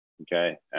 Okay